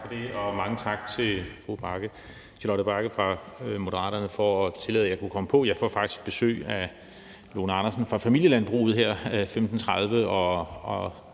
for det, og mange tak til fru Charlotte Bagge Hansen fra Moderaterne for at tillade, at jeg kunne komme på. Jeg får faktisk besøg af Lone Andersen fra Familielandbruget her kl.